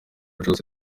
jose